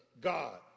God